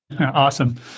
Awesome